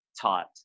taught